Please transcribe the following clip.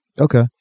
Okay